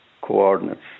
coordinates